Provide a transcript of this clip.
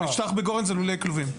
המשטח בגורן הוא לולי כלובים.